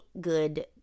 good